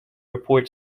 report